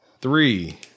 Three